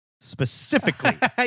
specifically